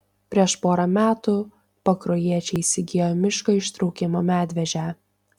prieš pora metų pakruojiečiai įsigijo miško ištraukimo medvežę